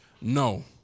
No